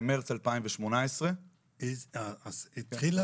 במרץ 2018. היא התחילה